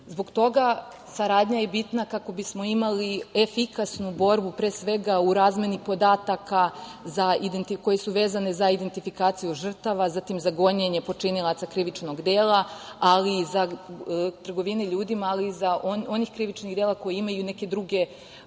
Zbog toga saradnja je bitna kako bismo imali efikasnu borbu u razmeni podataka koje su vezane za identifikaciju žrtava, za gonjenje počinilaca krivičnog dela trgovine ljudima, ali i za ona krivična dela koja imaju neke druge